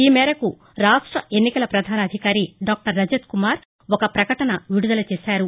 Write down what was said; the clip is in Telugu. ఈమేరకు రాష్ట్ర ఎన్నికల ప్రధాన అధికారి రజత్కుమార్ ఒక ప్రకటన విడుదల చేశారు